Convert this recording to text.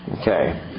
Okay